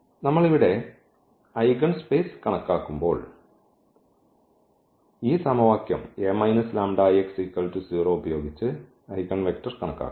നമ്മൾ ഇവിടെ ഐഗൻസ്പേസ് കണക്കാക്കുമ്പോൾ ഈ സമവാക്യം ഉപയോഗിച്ച് ഐഗൻവെക്ടർ കണക്കാക്കണം